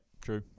true